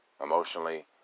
emotionally